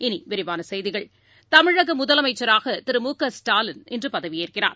இனிவிரிவானசெய்திகள் தமிழகமுதலமைச்சராகதிரு மு க ஸ்டாலின் இன்றுபதவியேற்கிறார்